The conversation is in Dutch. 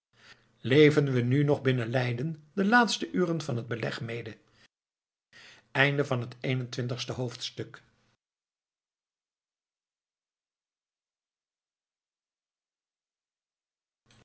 leven we nu nog binnen leiden de laatste uren van het beleg mede tweeëntwintigste hoofdstuk